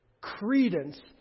credence